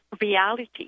reality